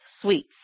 sweets